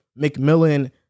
McMillan